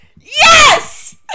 yes